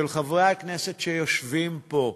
של חברי הכנסת שיושבים פה.